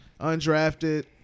Undrafted